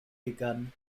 begun